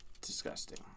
disgusting